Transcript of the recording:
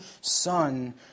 son